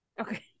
okay